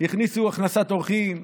הכניסו הכנסת אורחים,